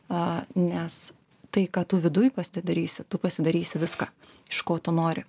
a nes tai ką tu viduj pasidarysi tu pasidarys viską iš ko tu nori